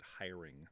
hiring